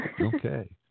Okay